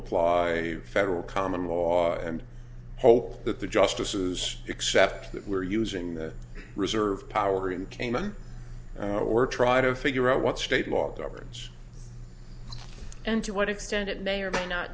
apply federal common law and hope that the justices accept that we're using the reserve power in cayman or try to figure out what state law governs and to what extent it may or may not